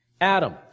Adam